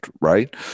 right